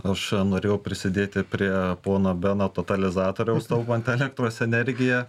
aš norėjau prisidėti prie pono beno totalizatoriaus taupant elektros energiją